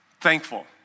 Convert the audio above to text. thankful